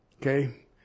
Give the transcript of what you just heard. Okay